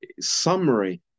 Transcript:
summary